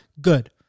good